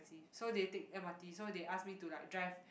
so they take M_R_T so they ask me to like drive